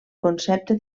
concepte